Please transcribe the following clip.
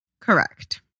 Correct